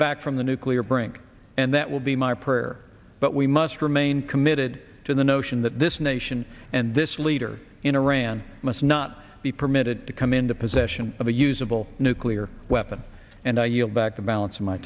back from the nuclear brink and that will be my prayer but we must remain committed to the notion that this nation and this leader in iran must not be permitted to come into possession of a usable nuclear weapon and i yield back the balance of my